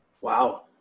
Wow